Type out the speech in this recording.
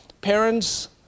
parents